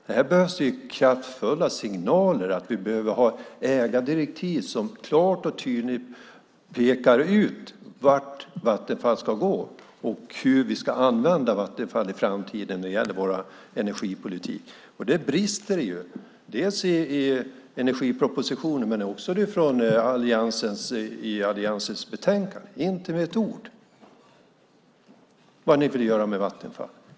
Det behövs kraftfulla signaler om att vi behöver ha ägardirektiv som klart och tydligt pekar ut vart Vattenfall ska gå och hur vi ska använda Vattenfall i framtiden när det gäller vår energipolitik. Det brister i energipropositionen men också i utskottsmajoritetens skrivning i betänkandet. Inte med ett ord sägs det vad ni vill göra med Vattenfall.